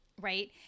right